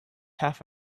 half